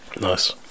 Nice